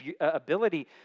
ability